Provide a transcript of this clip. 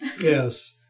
Yes